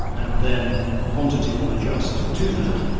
and then the quantity will adjust to that,